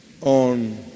on